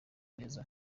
neza